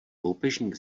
loupežník